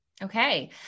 Okay